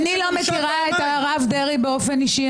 אגב, אני לא מכירה את הרב דרעי באופן אישי.